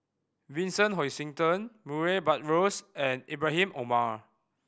Vincent Hoisington Murray Buttrose and Ibrahim Omar